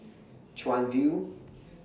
Chuan View